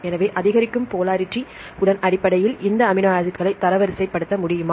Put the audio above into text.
எனவே அதிகரிக்கும் போலாரிட்டி உடன் அடிப்படையில் இந்த அமினோ ஆசிட்களை தரவரிசைப்படுத்த முடியுமா